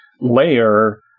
layer